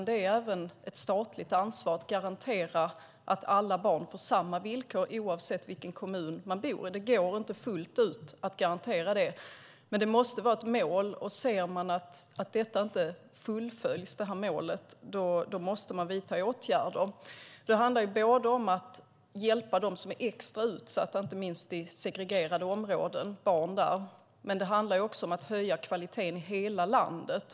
Det är även ett statligt ansvar att garantera att alla barn har samma villkor, oavsett vilken kommun de bor i. Det går inte att garantera det fullt ut, men det måste vara målet. Om man ser att målet inte uppfylls måste man vidta åtgärder. Det handlar både om att hjälpa dem som är extra utsatta, inte minst barn i segregerade områden, och om att höja kvaliteten i hela landet.